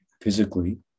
physically